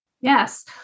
yes